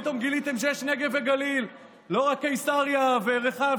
פתאום גיליתם שיש נגב וגליל, לא רק קיסריה ורחביה.